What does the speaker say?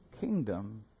kingdom